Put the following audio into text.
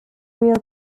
real